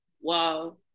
wow